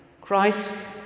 Christ